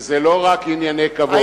וזה לא רק ענייני כבוד.